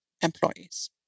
employees